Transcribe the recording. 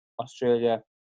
Australia